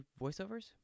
voiceovers